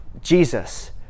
Jesus